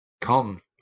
come